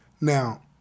Now